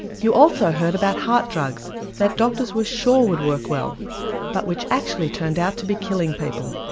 you also heard about heart drugs that doctors were sure would work well but which actually turned out to be killing people.